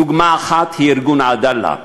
דוגמה אחת היא ארגון "עדאלה",